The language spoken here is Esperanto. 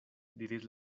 diris